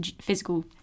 physical